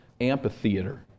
amphitheater